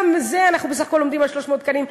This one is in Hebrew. גם בזה אנחנו עומדים בסך הכול על 300 תקנים.